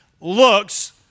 looks